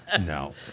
No